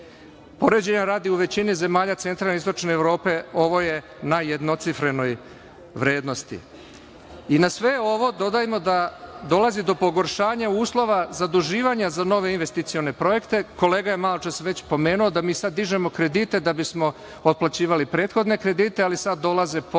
Poređenja radi, u većini zemalja centralne i istočne Evrope ovo je na jednocifrenoj vrednosti. Na sve ovo dodajmo da dolazi do pogoršanja uslova zaduživanja za nove investicione projekte. Kolega je maločas već pomenuo da mi dižemo kredite da bismo otplaćivali prethodne kredite, ali sada dolaze po lošijim